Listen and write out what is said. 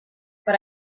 but